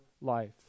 life